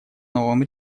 новым